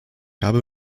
habe